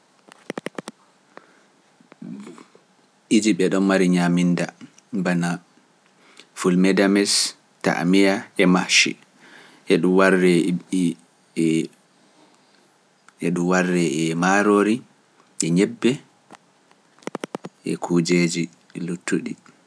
Ijip ɗo mari ñaminda bana Fulmedames taamiya e mahce, heɗu warre e maaroori, ñebbe, e kuujeji luttuɗi.